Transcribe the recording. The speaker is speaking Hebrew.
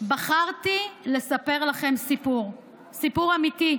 בחרתי לספר לכם סיפור, סיפור אמיתי.